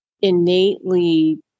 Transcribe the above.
innately